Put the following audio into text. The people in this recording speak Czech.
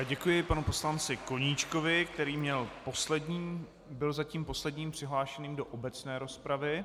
Děkuji panu poslanci Koníčkovi, který byl zatím posledním přihlášeným do obecné rozpravy.